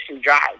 Drive